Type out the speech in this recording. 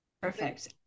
perfect